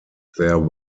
there